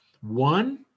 one